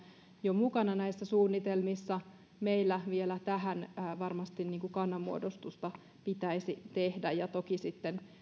jo mukana näissä suunnitelmissa meillä vielä tähän varmasti kannanmuodostusta pitäisi tehdä ja toki sitten tämän